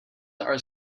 are